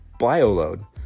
bioload